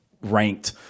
ranked